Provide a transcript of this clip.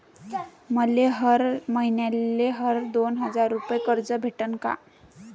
मले हर मईन्याले हर दोन हजार रुपये कर्ज भेटन का?